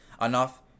enough